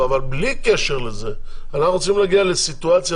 אבל בלי קשר לזה אנחנו צריכים להגיע לסיטואציה